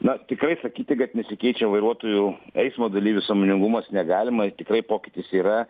na tikrai sakyti kad nesikeičia vairuotojų eismo dalyvių sąmoningumas negalima tikrai pokytis yra